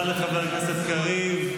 תודה לחבר הכנסת קריב.